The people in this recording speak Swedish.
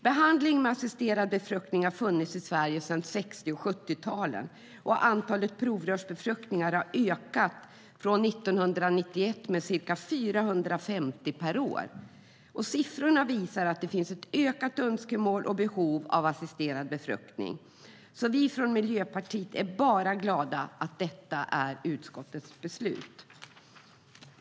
Behandling med assisterad befruktning har funnits i Sverige sedan 60 och 70-talen, och antalet provrörsbefruktningar har ökat från 1991 med ca 450 per år. Siffrorna visar att det finns ett ökat önskemål om och ett ökat behov av assisterad befruktning. Vi i Miljöpartiet är bara glada att detta är utskottets förslag.